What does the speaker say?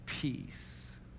peace